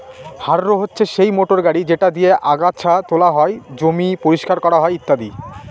harrow হচ্ছে সেই motor গাড়ি যেটা দিয়ে আগাচ্ছা তোলা হয়, জমি পরিষ্কার করা হয় ইত্যাদি